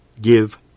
give